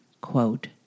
quote